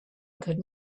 could